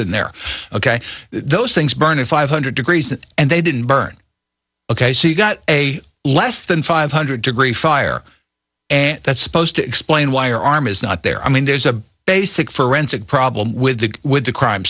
and they're ok those things burn a five hundred degrees and they didn't burn ok she got a less than five hundred degree fire ant that's supposed to explain why your arm is not there i mean there's a basic forensic problem with that with the crime